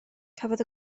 cafodd